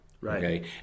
Right